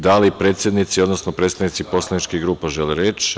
Da li predsednici, odnosno ovlašćeni predstavnici poslaničkih grupa žele reč?